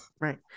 Right